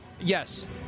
Yes